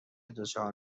دچار